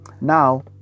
Now